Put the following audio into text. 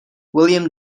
william